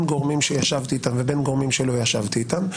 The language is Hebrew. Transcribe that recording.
בין גורמים שישבתי איתם ובין גורמים שלא ישבתי איתם,